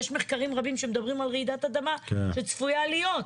יש מחקרים רבים שמדברים על רעידת אדמה שצפויה להיות.